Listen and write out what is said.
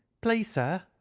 please, sir,